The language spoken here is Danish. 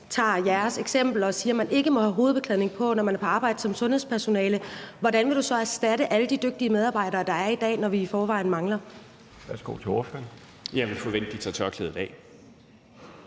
tager jeres eksempel og siger, at man ikke må have hovedbeklædning på, når man er på arbejde som sundhedspersonale, hvordan vil du så erstatte alle de dygtige medarbejdere, der er i dag, når vi i forvejen mangler?